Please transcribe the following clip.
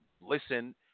listen